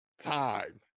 time